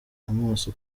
amaso